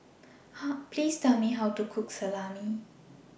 Please Tell Me How to Cook Salami